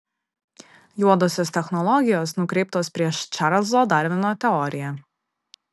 juodosios technologijos nukreiptos prieš čarlzo darvino teoriją